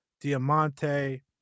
Diamante